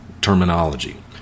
terminology